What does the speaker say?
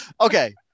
okay